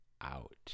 out